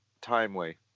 timely